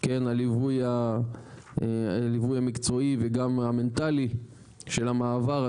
הליווי המקצועי וגם המנטלי של המעבר.